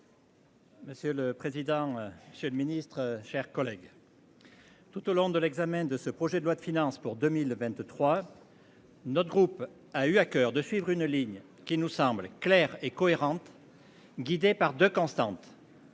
Monsieur le président, Monsieur le Ministre, chers collègues. Tout au long de l'examen de ce projet de loi de finances pour 2023. Notre groupe a eu à coeur de suivre une ligne qui nous semble claire et cohérente. Guidé par de constantes.